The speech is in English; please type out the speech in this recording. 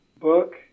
book